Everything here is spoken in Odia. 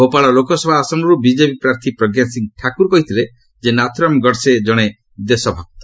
ଭୋପାଳ ଲୋକସଭା ଆସନରୁ ବିଜେପି ପ୍ରାର୍ଥୀ ପ୍ରଜ୍ଞା ସିଂହ ଠାକୁର କହିଥିଲେ ଯେ ନାଥୁରାମ ଗଡ଼ସେ ଜଣେ ଦେଶ ଭକ୍ତ